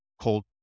cold